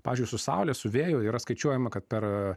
pavyzdžiui su saule su vėju yra skaičiuojama kad per